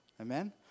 Amen